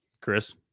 Chris